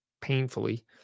painfully